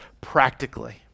practically